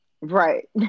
Right